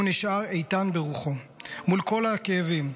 והוא נשאר איתן ברוחו מול כל הכאבים,